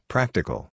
Practical